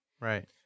Right